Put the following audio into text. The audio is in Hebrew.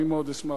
אני מאוד אשמח,